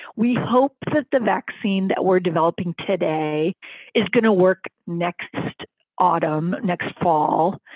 we hope that the vaccine that we're developing today is going to work next autumn, next fall,